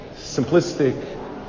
simplistic